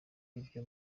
ibyo